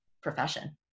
profession